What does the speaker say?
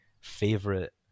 favorite